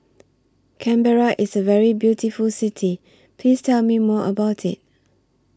Canberra IS A very beautiful City Please Tell Me More about IT